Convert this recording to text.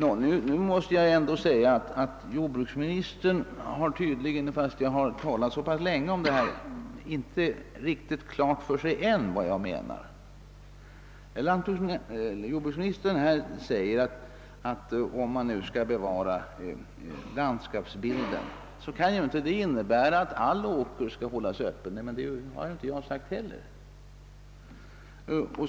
Nu måste jag ändå säga att jordbruksministern, trots att vi så länge har talat om landskapsvårdande åtgärder, tydligen ännu inte har riktigt klart för sig vad jag menar. Jordbruksministern säger, att om man vill bevara landskapsbilden så behöver detta inte innebära att all åkerareal måste hållas öppen. Nej, men det har jag inte sagt heller!